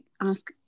ask